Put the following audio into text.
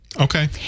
Okay